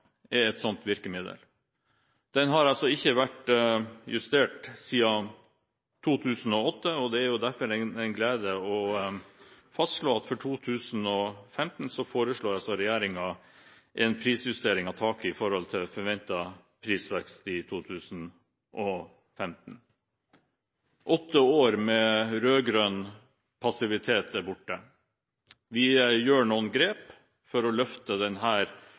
et slikt virkemiddel. Den har ikke vært justert siden 2008, og det er derfor en glede å fastslå at for 2015 foreslår regjeringen en prisjustering av taket i forhold til forventet prisvekst i 2015. Åtte år med rød-grønn passivitet er borte. Vi gjør noen grep for å løfte denne næringen videre framover for å møte den